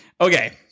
Okay